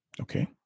Okay